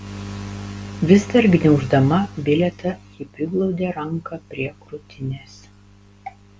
vis dar gniauždama bilietą ji priglaudė ranką prie krūtinės